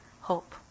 hope